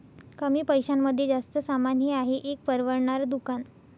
कमी पैशांमध्ये जास्त सामान हे आहे एक परवडणार दुकान